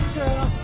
girl